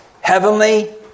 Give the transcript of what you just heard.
Heavenly